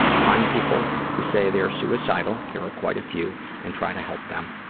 find people who say they're suicidal there are quite a few and try to help them.